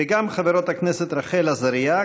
וגם חברות הכנסת רחל עזריה,